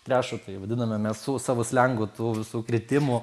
krešų tai vadiname mes su savo slengu tų visų kritimų